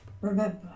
Remember